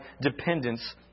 dependence